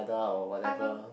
I am a